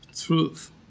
truth